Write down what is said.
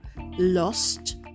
lost